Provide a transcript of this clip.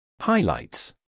Highlights